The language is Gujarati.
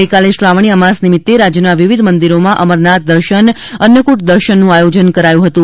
ગઇકાલે શ્રાવણી અમાસ નિમિત્તે રાજ્યના વિવિધ મંદિરોમાં અમરનાથ દર્શન અન્નકુટ દર્શનનું આયોજન કરાયું હતું